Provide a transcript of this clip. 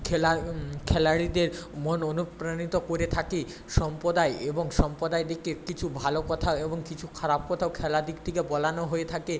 খেলা খেলাড়িদের মন অনুপ্রাণিত করে থাকে সম্প্রদায় এবং সম্প্রদায়ের দিকে কিছু ভালো কথা এবং কিছু খারাপ কথাও খেলার দিক থেকে বলানো হয়ে থাকে